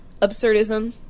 Absurdism